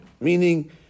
meaning